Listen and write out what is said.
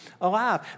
alive